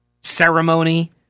ceremony